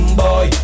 boy